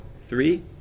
three